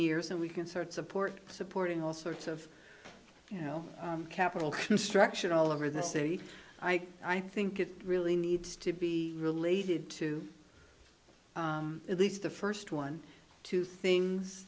years and we can sort support supporting all sorts of you know capital construction all over the city i think it really needs to be related to at least the first one to things